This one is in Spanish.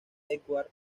edward